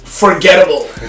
forgettable